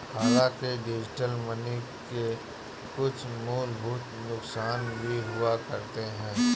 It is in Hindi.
हांलाकि डिजिटल मनी के कुछ मूलभूत नुकसान भी हुआ करते हैं